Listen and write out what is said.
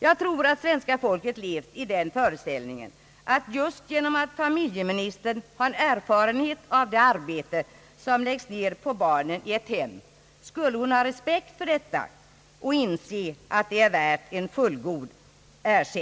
Jag tror att svenska folket har levt i den föreställningen att just genom att familjeministern har erfarenhet av det arbete som läggs ned på barnen i ett hem skulle hon ha fått respekt för detta arbete och inse att det är värt en fullgod ersättning.